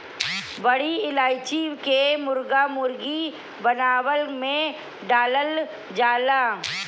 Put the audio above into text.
बड़ी इलायची के मुर्गा मुर्गी बनवला में डालल जाला